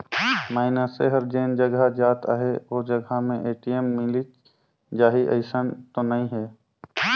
मइनसे हर जेन जघा जात अहे ओ जघा में ए.टी.एम मिलिच जाही अइसन तो नइ हे